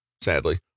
sadly